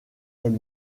elle